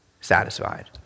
satisfied